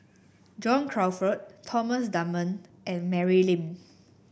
John Crawfurd Thomas Dunman and Mary Lim